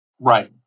Right